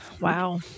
Wow